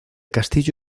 castillo